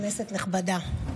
כנסת נכבדה.